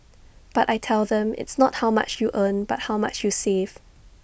but I tell them it's not how much you earn but how much you save